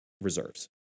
reserves